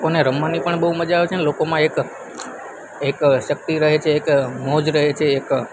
લોકોને રમવાની પણ બહુ મજા આવે છે અને લોકોમાં એક એક શક્તિ રહે છે એક મોજ રહે છે એક